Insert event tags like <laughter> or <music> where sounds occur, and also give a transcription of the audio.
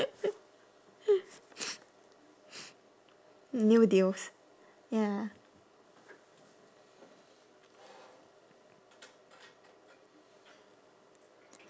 <noise> new deals ya